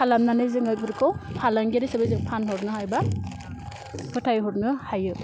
खालामनानै जोङो बेफोरखौ फालांगियारि हिसाबै जोङो फानहरनो हायो बा फाथायहरनो हायो